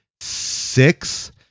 Six